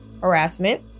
harassment